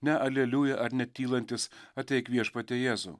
ne aleliuja ar netylantis ateik viešpatie jėzau